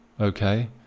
Okay